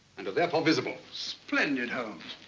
and therefore visible. splendid, holmes.